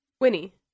winnie